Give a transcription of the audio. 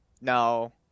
no